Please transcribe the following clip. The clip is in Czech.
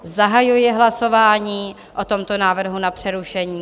Zahajuji hlasování o tomto návrhu na přerušení.